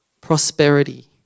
prosperity